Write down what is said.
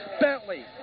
Bentley